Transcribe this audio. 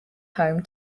home